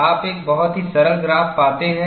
आप एक बहुत ही सरल ग्राफ पाते हैं